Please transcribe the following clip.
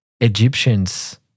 Egyptians